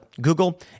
Google